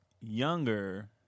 younger